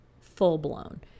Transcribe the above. full-blown